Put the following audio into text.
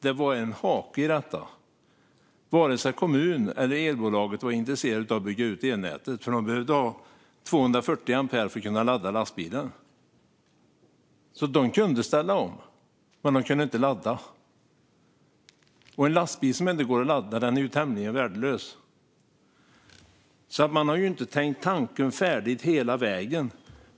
Dock fanns det en hake: Varken kommunen eller elbolaget var intresserade av att bygga ut elnätet, och de behövde ha 240 ampere för att kunna ladda lastbilen. De kunde alltså ställa om, men de kunde inte ladda. Och en lastbil som inte går att ladda är tämligen värdelös. Man har inte tänkt tanken färdigt hela vägen.